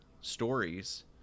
stories